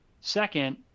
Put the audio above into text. Second